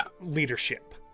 leadership